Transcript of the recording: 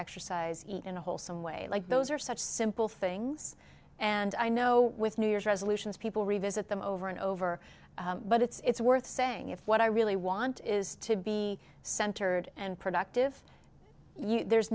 exercise eat in a wholesome way like those are such simple things and i know with new year's resolutions people revisit them over and over but it's worth saying if what i really want is to be centered and productive there's